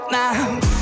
now